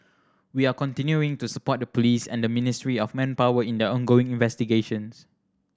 we are continuing to support the police and the Ministry of Manpower in their ongoing investigations